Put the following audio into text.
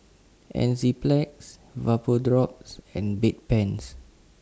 Enzyplex Vapodrops and Bedpans